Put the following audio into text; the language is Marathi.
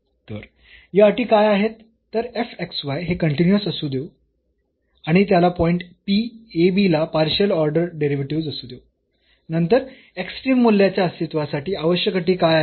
तर या अटी काय आहेत तर हे कन्टीन्यूअस असू देऊ आणि त्याला पॉईंट ला पार्शियल ऑर्डर डेरिव्हेटिव्हस् असू देऊ नंतर एक्स्ट्रीम मूल्याच्या अस्तित्वासाठी आवश्यक अटी काय आहेत